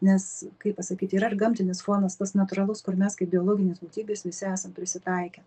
nes kaip pasakyti yra ir gamtinis fonas tas natūralus kur mes kaip biologinės būtybės visi esam prisitaikę